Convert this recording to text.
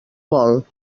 vol